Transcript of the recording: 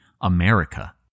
America